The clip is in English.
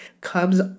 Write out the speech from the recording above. comes